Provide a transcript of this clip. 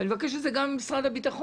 אני מבקש את זה גם ממשרד הביטחון.